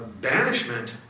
banishment